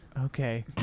Okay